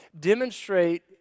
demonstrate